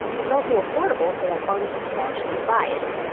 it's also affordable so that artists can actually buy it.